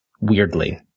Weirdly